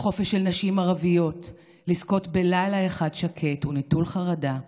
החופש של נשים ערביות לזכות בלילה אחד שקט ונטול חרדה,